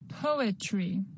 Poetry